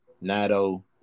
NATO